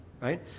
right